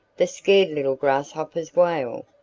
the scared little grasshoppers wail.